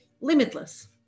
limitless